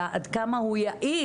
אלא עד כמה הוא יעיל,